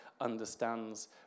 understands